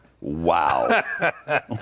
Wow